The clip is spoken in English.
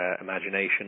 imagination